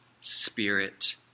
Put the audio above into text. spirit